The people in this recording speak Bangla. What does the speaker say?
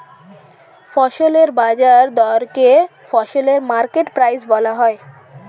ফসলের বাজার দরকে ফসলের মার্কেট প্রাইস বলা হয়